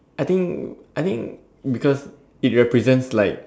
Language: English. I think I think because it represents like